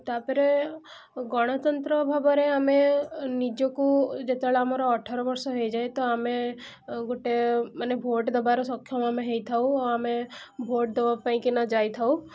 ଓ ତା'ପରେ ଗଣତନ୍ତ୍ର ଭାବରେ ଆମେ ନିଜକୁ ଯେତେବେଳେ ଆମର ଅଠର ବର୍ଷ ହେଇଯାଏ ତ ଆମେ ଗୋଟେ ମାନେ ଭୋଟ୍ ଦେବାର ସକ୍ଷମ ଆମେ ହୋଇଥାଉ ଆମେ ଭୋଟ୍ ଦେବା ପାଇଁକିନା ଯାଇଥାଉ